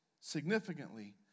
significantly